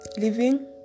living